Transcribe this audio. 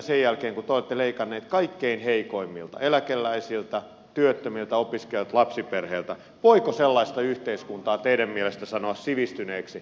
sen jälkeen kun te olette leikanneet kaikkein heikoimmilta eläkeläisiltä työttömiltä opiskelijoilta lapsiperheiltä voiko sellaista yhteiskuntaa teidän mielestänne sanoa sivistyneeksi ja oikeudenmukaiseksi